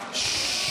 מאוד.